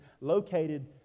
located